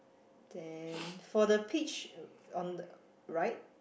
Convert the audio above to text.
then for the peach on right